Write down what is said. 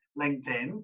LinkedIn